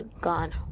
gone